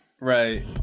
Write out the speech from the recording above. right